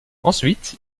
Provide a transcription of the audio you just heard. ensuite